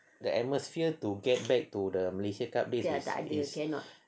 the atmosphere to get back to the malaysia cup days is is